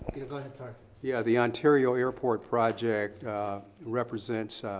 go ahead, sorry. yeah the ontario airport project represents